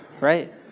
right